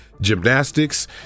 gymnastics